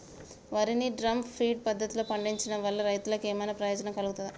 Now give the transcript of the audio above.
వరి ని drum feed పద్ధతిలో పండించడం వల్ల రైతులకు ఏమన్నా ప్రయోజనం కలుగుతదా?